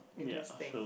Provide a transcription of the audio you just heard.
interesting